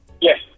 Yes